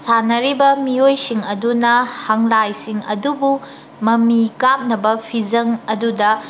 ꯁꯥꯟꯅꯔꯤꯕ ꯃꯤꯑꯣꯏꯁꯤꯡ ꯑꯗꯨꯅ ꯍꯪꯂꯥꯏꯁꯤꯡ ꯑꯗꯨꯕꯨ ꯃꯃꯤ ꯀꯥꯞꯅꯕ ꯐꯤꯖꯪ ꯑꯗꯨꯗ